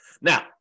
Now